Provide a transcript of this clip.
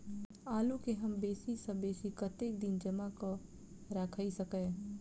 आलु केँ हम बेसी सऽ बेसी कतेक दिन जमा कऽ क राइख सकय